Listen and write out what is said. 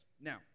Now